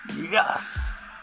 Yes